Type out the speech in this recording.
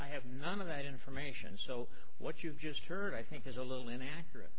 i have none of that information so what you've just heard i think is a little inaccurate